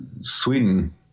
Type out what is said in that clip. Sweden